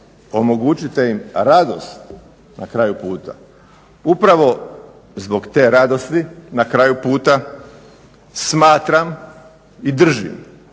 omogućite im radost na kraju puta. Upravo zbog te radosti na kraju puta smatram i držim da